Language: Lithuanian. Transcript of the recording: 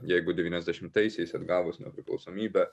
jeigu devyniasdešimtaisiais atgavus nepriklausomybę